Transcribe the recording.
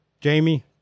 Jamie